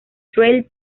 trail